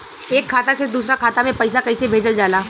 एक खाता से दूसरा खाता में पैसा कइसे भेजल जाला?